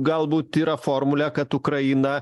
galbūt yra formulė kad ukraina